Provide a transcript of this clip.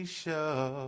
show